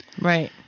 right